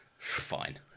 fine